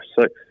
six